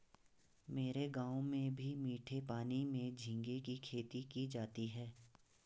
मेरे गांव में भी मीठे पानी में झींगे की खेती की जाती है